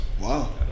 Wow